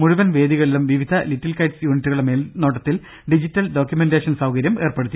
മുഴുവൻ വേദികളിലും വിവിധ ലിറ്റിൽ കൈറ്റ്സ് യൂണിറ്റുകളുടെ മേൽനോട്ടത്തിൽ ഡിജിറ്റൽ ഡോക്യുമെന്റേഷൻ സൌകര്യം ഏർപ്പെ ടുത്തി